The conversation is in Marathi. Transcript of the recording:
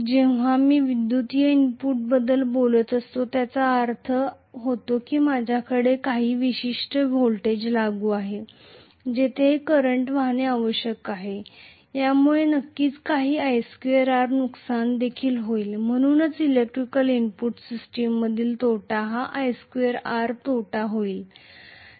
जेव्हा जेव्हा मी विद्युतीय इनपुटबद्दल बोलत असतो त्याचा अर्थ असा होतो की माझ्याकडे काही विशिष्ट व्होल्टेज लागू आहे तेथे काही करंट वाहणे आवश्यक आहे यामुळे नक्कीच काही i2R नुकसान देखील होईल म्हणूनच इलेक्ट्रिकल इनपुट सिस्टममधील तोटा हा i2R तोटा होईल